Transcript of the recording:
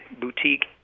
boutique